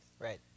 Right